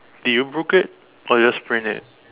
did you broke it or just sprained it